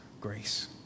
grace